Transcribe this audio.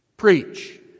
preach